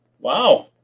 Wow